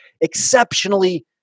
exceptionally